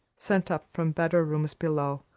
sent up from better rooms below,